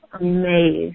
amazed